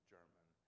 German